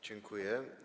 Dziękuję.